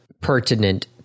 pertinent